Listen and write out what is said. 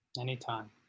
anytime